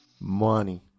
Money